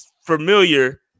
familiar